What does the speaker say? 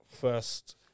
first